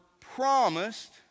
promised